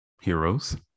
heroes